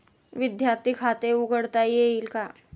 विद्यार्थी खाते उघडता येईल का?